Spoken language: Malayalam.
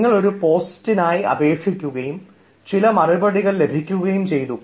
നിങ്ങൾ ഒരു പോസ്റ്റിനായി അപേക്ഷിക്കുകയും ചില മറുപടികൾ ലഭിക്കുകയും ചെയ്തു